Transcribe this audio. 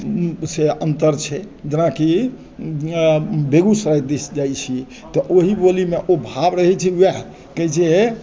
से अन्तर छै जेनाकी बेगूसराय दिस जाइत छी तऽ ओहि बोली मे ओ भाव रहै छै वएह कहै छै हे